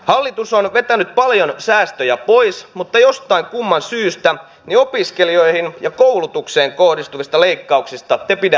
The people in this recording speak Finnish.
hallitus on vetänyt paljon säästöjä pois mutta jostain kumman syystä opiskelijoihin ja koulutukseen kohdistuvista leikkauksista te pidätte härkäpäisesti kiinni